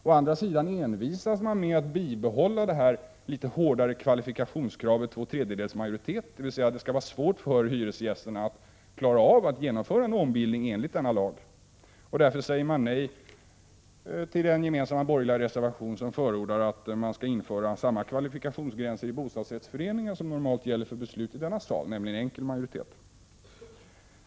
Å andra sidan envisas man med att bibehålla det litet hårdare kvalifikationskravet om två tredjedels majoritet, vilket går ut på att det skall vara svårt för hyresgästerna att klara av genomförandet av en ombildning enligt denna lag. Därför säger man nej till den gemensamma borgerliga reservation där det förordas att samma kvalifikationsgräns skall införas i bostadsrättsföreningar som de som normalt gäller för beslut i denna sal, nämligen enkel majoritet.